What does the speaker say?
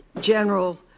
General